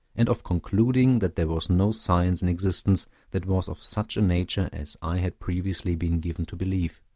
and of concluding that there was no science in existence that was of such a nature as i had previously been given to believe.